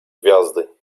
gwiazdy